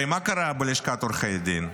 הרי מה קרה בלשכת עורכי הדין?